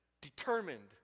determined